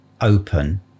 open